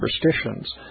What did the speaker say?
superstitions